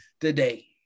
today